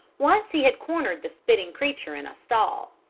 once he had cornered the spitting creature in a stall.